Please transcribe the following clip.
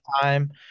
time